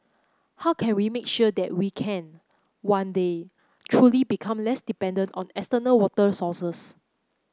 how can we make sure that we can one day truly become less dependent on external water sources